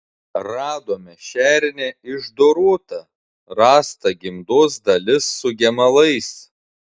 radome šernę išdorotą rasta gimdos dalis su gemalais